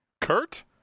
Kurt